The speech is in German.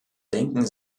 denken